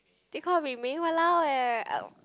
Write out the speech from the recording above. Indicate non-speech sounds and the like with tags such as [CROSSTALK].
they call Wei-Ming !walao! eh [NOISE]